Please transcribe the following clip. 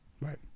Right